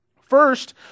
First